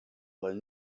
will